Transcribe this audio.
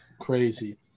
Crazy